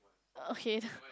okay the